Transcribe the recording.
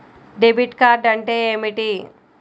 Debit card అంటే ఏమిటి?